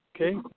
Okay